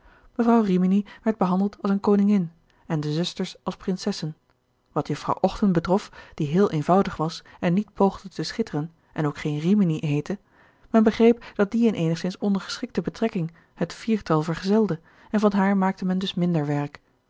mevrouw rimini werd behandeld als eene koningin en de zusters als prinsessen wat jufvrouw ochten betrof die heel eenvoudig was en niet poogde te schitteren en ook geen rimini heette men begreep dat die in eenigzins ondergeschikte betrekking het viertal vergezelde en van haar maakte men dus minder werk